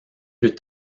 plus